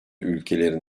ülkelerin